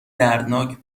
دردناک